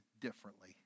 differently